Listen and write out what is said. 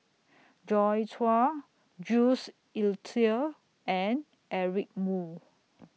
Joi Chua Jules Itier and Eric Moo